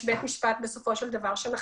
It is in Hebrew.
יש בית משפט שבסופו של דבר מחליט.